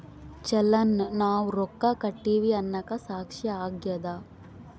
ಚಲನ್ ನಾವ್ ರೊಕ್ಕ ಕಟ್ಟಿವಿ ಅನ್ನಕ ಸಾಕ್ಷಿ ಆಗ್ಯದ